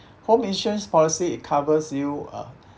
home insurance policy it covers you uh